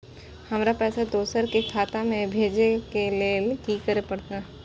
हमरा पैसा दोसर के खाता में भेजे के लेल की करे परते?